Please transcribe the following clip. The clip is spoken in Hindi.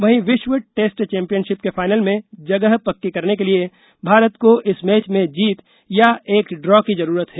वहीँविश्व टेस्ट चौंपियनशिप के फाइनल में जगह पक्की करने के लिए भारत को इस मैच में जीत या एक ड्रॉ की जरूरत है